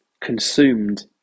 consumed